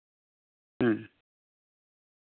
ᱦᱮᱸ